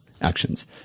actions